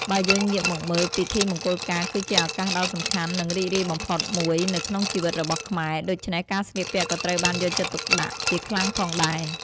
បើយើងងាកមកមើល ពិធីមង្គលការគឺជាឱកាសដ៏សំខាន់ និងរីករាយបំផុតមួយនៅក្នុងជីវិតរបស់ខ្មែរ ដូច្នេះការស្លៀកពាក់ក៏ត្រូវបានយកចិត្តទុកដាក់ជាខ្លាំងផងដែរ។